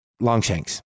Longshanks